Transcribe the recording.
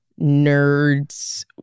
nerds